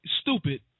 stupid